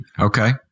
Okay